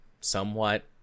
somewhat